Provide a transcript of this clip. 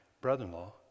brother-in-law